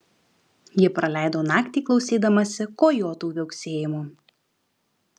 ji praleido naktį klausydamasi kojotų viauksėjimo